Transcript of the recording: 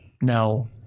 no